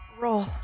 Roll